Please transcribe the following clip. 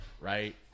right